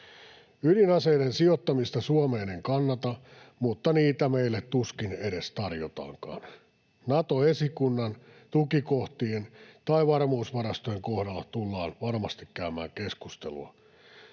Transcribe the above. Ydinaseiden sijoittamista Suomeen en kannata, mutta niitä meille tuskin edes tarjotaankaan. Nato-esikunnan, tukikohtien tai varmuusvarastojen kohdalla tullaan varmasti käymään keskustelua,